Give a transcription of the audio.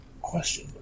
question